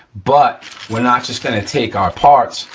but we're not just gonna take our parts,